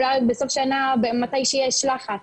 אולי בסוף שנה מתי שיש לחץ.